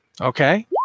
okay